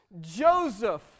joseph